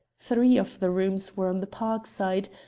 three of the rooms were on the park side,